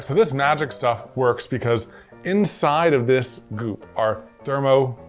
so this magic stuff works, because inside of this goop are thermo,